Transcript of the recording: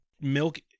milk